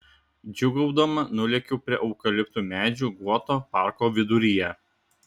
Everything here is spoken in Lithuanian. džiūgaudama nulėkiau prie eukaliptų medžių guoto parko viduryje